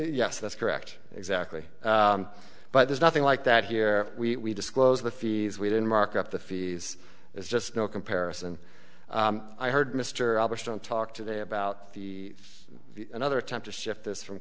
yes that's correct exactly but there's nothing like that here we disclose the fees we didn't mark up the fees there's just no comparison i heard mr albritton talk today about the another attempt to shift this from